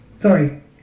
sorry